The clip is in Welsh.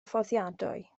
fforddiadwy